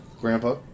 Grandpa